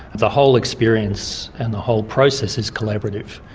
the whole experience and the whole process is collaborative.